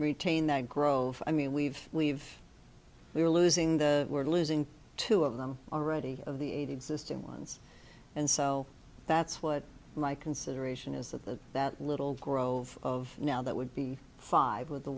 retain that grove i mean we've we've we're losing the we're losing two of them already of the eight existing ones and so that's what my consideration is that the that little grove of now that would be five with the